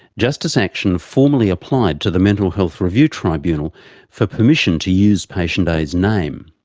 justice action formally applied to the mental health review tribunal for permission to use patient a's name.